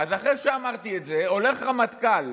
אחרי שאמרתי את זה, הולך רמטכ"ל